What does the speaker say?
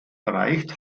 erreicht